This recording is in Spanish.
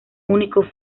único